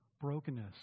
brokenness